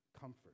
comfort